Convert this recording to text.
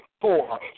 Four